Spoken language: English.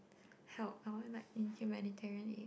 help I want like in humanitarian aid